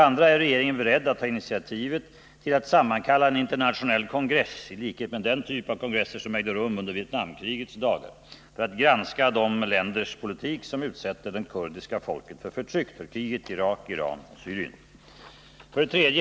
Är regeringen beredd att ta initiativet till att sammankalla en internationell kongress i likhet med den typ av kongresser som ägde rum under Vietnamkrigets dagar, för att granska de länders politik som utsätter det kurdiska folket för förtryck: Turkiet, Irak, Iran och Syrien? 3.